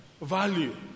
Value